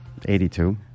82